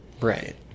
Right